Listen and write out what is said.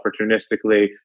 opportunistically